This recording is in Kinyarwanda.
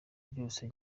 byose